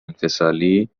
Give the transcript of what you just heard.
انفصالی